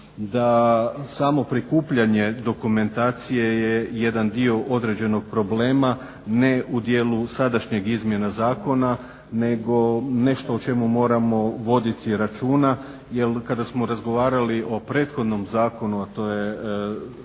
da samo prikupljanje dokumentacije je jedan dio određenog problema, ne u dijelu sadašnjeg izmjena zakona nego nešto o čemu moramo voditi računa jel kada smo razgovarali o prethodnom zakonu, a to je